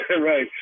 Right